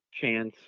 chance